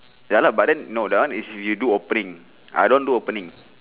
ya lah but then no that one is if you do opening I don't do opening